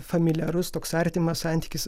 familiarus toks artimas santykis